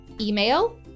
email